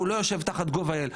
לא יושב תחת gov.il,